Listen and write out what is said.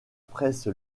presse